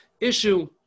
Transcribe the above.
issue